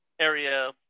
area